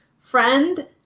friend